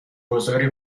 گذاری